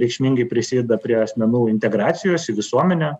reikšmingai prisideda prie asmenų integracijos į visuomenę